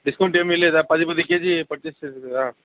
discount ఏమీలేదా పది పది కేజీ పర్చేస్ చేశాను కదా